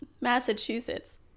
Massachusetts